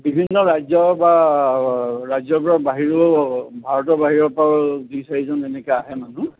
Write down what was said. বিভিন্ন ৰাজ্য বা ৰাজ্যবোৰৰ বাহিৰেও ভাৰতৰ বাহিৰৰ পৰাও দুই চাৰিজন এনেকৈ আহে মানুহ